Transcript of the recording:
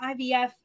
IVF